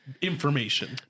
information